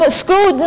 school